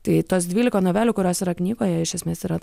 tai tos dvylika novelių kurios yra knygoje iš esmės yra